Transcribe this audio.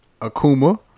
Akuma